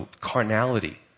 carnality